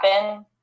happen